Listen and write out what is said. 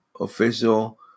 official